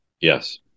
Yes